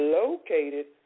located